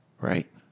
Right